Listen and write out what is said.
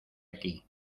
aquí